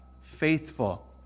faithful